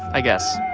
i guess